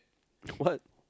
what